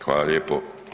Hvala lijepo.